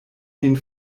min